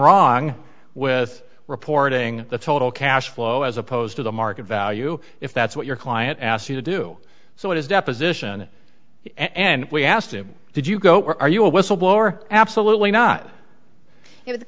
wrong with reporting the total cash flow as opposed to the market value if that's what your client asked you to do so his deposition and we asked him did you go or are you a whistleblower absolutely not is the